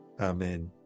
Amen